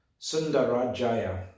Sundarajaya